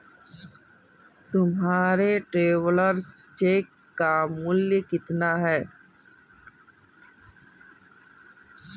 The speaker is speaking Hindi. तुम्हारे ट्रैवलर्स चेक का मूल्य कितना है?